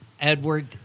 Edward